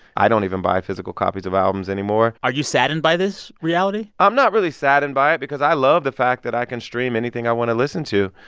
i don't even buy physical copies of albums anymore are you saddened by this reality? i'm not really saddened by it because i love the fact that i can stream anything i want to listen to.